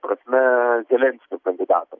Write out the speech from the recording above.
prasme zelenskio kandidatas